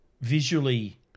visually